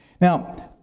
Now